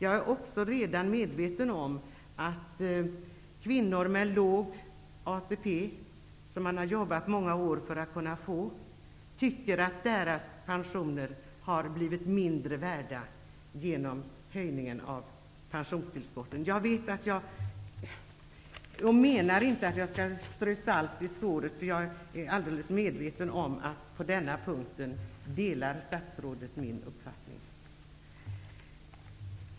Jag är också redan medveten om att kvinnor med låg ATP, som man har jobbat i många år för att uppnå, tycker att deras pensioner har blivit mindre värda genom höjningen av pensionstillskotten. Jag menar inte att strö salt i såret, för jag är medveten om att statsrådet på denna punkt delar min uppfattning.